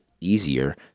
easier